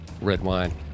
Redwine